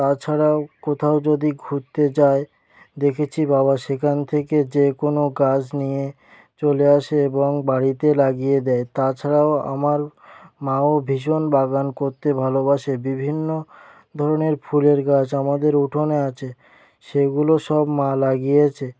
তাছাড়াও কোথাও যদি ঘুরতে যায় দেখেছি বাবা সেকান থেকে যে কোনো গাছ নিয়ে চলে আসে এবং বাড়িতে লাগিয়ে দেয় তাছাড়াও আমার মাও ভীষণ বাগান করতে ভালোবাসে বিভিন্ন ধরনের ফুলের গাছ আমাদের উঠোনে আচে সেইগুলো সব মা লাগিয়েছে